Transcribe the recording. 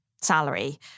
salary